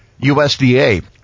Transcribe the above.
USDA